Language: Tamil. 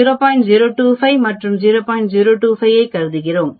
025 ஐக் கருதுகிறோம்